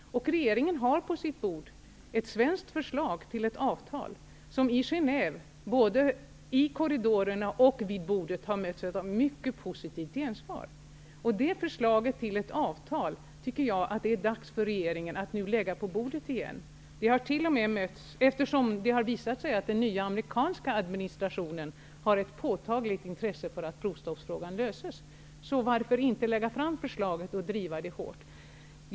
Regeringen har på sitt bord ett svenskt förslag till avtal som har fått ett mycket positivt gensvar i Genève, både i korridorerna och vid bordet. Det förslaget till avtal är det enligt min mening dags för regeringen att nu lägga på bordet igen. Det har visat sig att den nya amerikanska administrationen har ett påtagligt intresse för att provstoppsfrågan löses, så varför inte lägga fram förslaget och driva det hårt?